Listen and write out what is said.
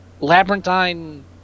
labyrinthine